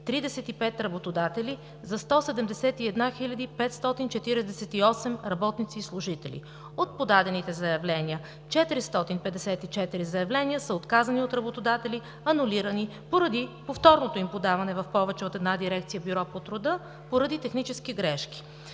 9035 работодатели за 171 548 работници и служители. От подадените заявления 454 заявления са отказани от работодатели, анулирани, поради повторното им подаване в повече от една Дирекция „Бюро по труда“ поради технически грешки.